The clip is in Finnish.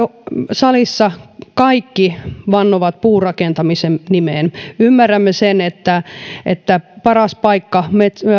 salissa kaikki vannovat puurakentamisen nimeen ymmärrämme sen että että paras paikka